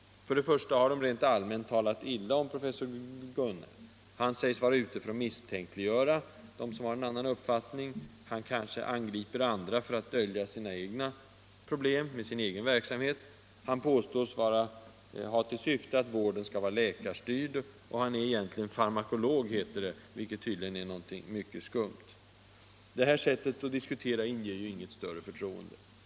För det första har de rent allmänt talat illa om professor Gunne. Han sägs vara ute för att misstänkliggöra dem som har en annan uppfattning. Han kanske kritiserar andra för att dölja problem i sin egen verksamhet, antyder man. Han påstås ha till syfte att vården skall vara läkarstyrd. Han är egentligen farmakolog, heter det, och det är tydligen någonting mycket skumt. Detta sätt att diskutera inger inget större förtroende.